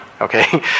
okay